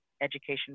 education